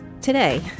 Today